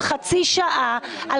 חצי שעה,